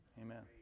Amen